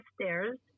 stairs